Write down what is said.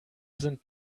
sind